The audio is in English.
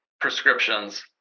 prescriptions